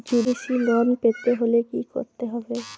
কৃষি লোন পেতে হলে কি করতে হবে?